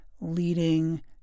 leading